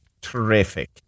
terrific